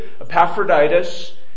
Epaphroditus